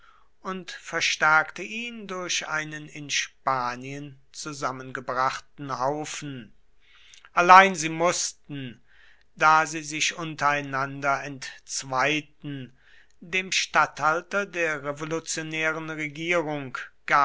und verstärkte ihn durch einen in spanien zusammengebrachten haufen allein sie mußten da sie sich untereinander entzweiten dem statthalter der revolutionären regierung